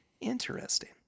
Interesting